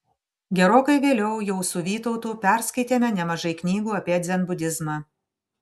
gerokai vėliau jau su vytautu perskaitėme nemažai knygų apie dzenbudizmą